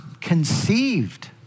conceived